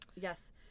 Yes